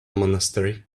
monastery